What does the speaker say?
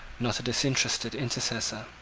not a disinterested intercessor.